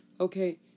Okay